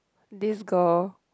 this girl